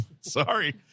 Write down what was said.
Sorry